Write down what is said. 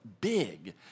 big